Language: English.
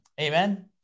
Amen